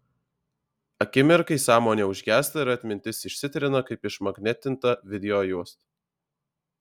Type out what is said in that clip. akimirkai sąmonė užgęsta ir atmintis išsitrina kaip išmagnetinta videojuosta